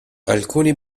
alcuni